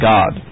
God